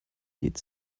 geht